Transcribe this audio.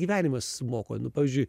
gyvenimas moko nu pavyzdžiui